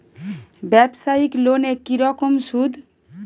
ব্যবসায়িক লোনে কি রকম সুদ?